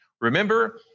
Remember